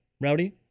Rowdy